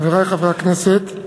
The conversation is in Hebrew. חברי חברי הכנסת,